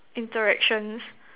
interactions